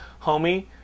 homie